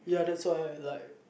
ya that's why like